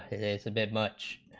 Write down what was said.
it's a bit much,